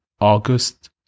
August